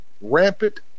rampant